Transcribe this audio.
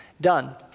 done